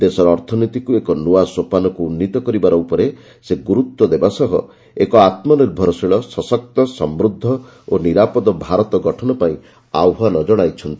ଦେଶର ଅର୍ଥନୀତିକୁ ଏକ ନୂଆ ସୋପାନକୁ ଉନ୍ନୀତ କରିବାର ଉପରେ ସେ ଗୁରୁତ୍ୱ ଦେବା ସହ ଏକ ଆତ୍କନିର୍ଭରଶୀଳ ସଶକ୍ତ ସମ୍ପଦ୍ଧ ଓ ନିରାପଦ ଭାରତ ଗଠନ ପାଇଁ ଆହ୍ୱାନ ଜଣାଇଛନ୍ତି